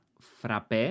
Frappe